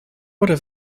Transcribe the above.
oder